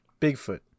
Bigfoot